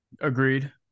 Agreed